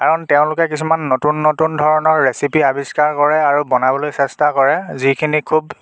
কাৰণ তেওঁলোকে কিছুমান নতুন নতুন ধৰণৰ ৰেচিপি আৱিষ্কাৰ কৰে আৰু বনাবলৈ চেষ্টা কৰে যিখিনি খুব